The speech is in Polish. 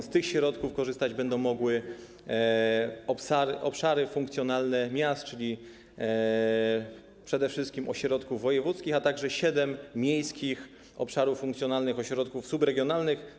Z tych środków korzystać będą mogły obszary funkcjonalne miast, czyli przede wszystkim ośrodków wojewódzkich, a także siedem miejskich obszarów funkcjonalnych ośrodków subregionalnych.